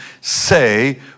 say